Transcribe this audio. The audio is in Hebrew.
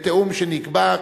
בתיאום שנקבע,